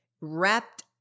wrapped